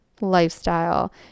lifestyle